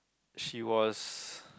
she was